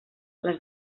les